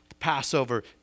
Passover